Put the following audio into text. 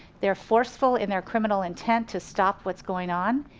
they're forceful in their criminal intent to stop what's going on.